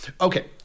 Okay